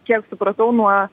kiek supratau nuo